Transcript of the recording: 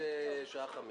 הצעה מספר 5